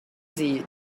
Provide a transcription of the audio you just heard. sie